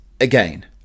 again